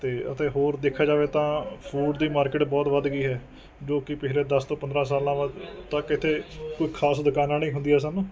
ਤੇ ਅਤੇ ਹੋਰ ਦੇਖਿਆ ਜਾਵੇ ਤਾਂ ਫੂਡ ਦੀ ਮਾਰਕਿਟ ਬਹੁਤ ਵੱਧ ਗਈ ਹੈ ਜੋ ਕਿ ਪਿਛਲੇ ਦਸ ਤੋਂ ਪੰਦਰਾਂ ਸਾਲਾਂ ਬਾਅਦ ਤੱਕ ਇੱਥੇ ਕੋਈ ਖ਼ਾਸ ਦੁਕਾਨਾਂ ਨਹੀਂ ਹੁੰਦੀਆਂ ਸਨ